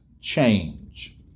change